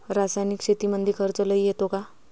रासायनिक शेतीमंदी खर्च लई येतो का?